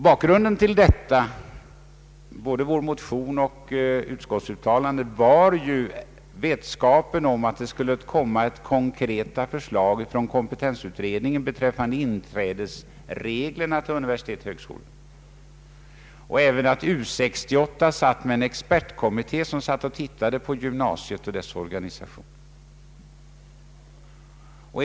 Bakgrunden till vår motion och till utskottets uttalande var vetskapen om att kompetensutredningen <Sskulle lägga fram konkreta förslag beträffande in Ang. gymnasieskolans organisation trädesreglerna till universitet och högskolor och även att en expertkommitté inom U 68 arbetade med gymnasiet och dess organisation.